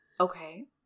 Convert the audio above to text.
Okay